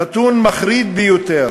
נתון מחריד ביותר.